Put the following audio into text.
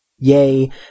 Yea